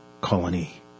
colony